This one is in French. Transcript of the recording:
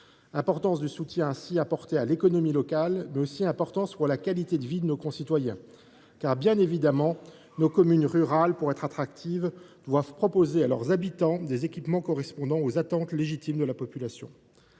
l’importance du soutien ainsi apporté à l’économie locale, mais aussi de l’importance pour la qualité de vie de nos concitoyens. En effet, nos communes rurales, pour être attractives, doivent proposer à leurs habitants des équipements correspondant aux attentes légitimes de la population.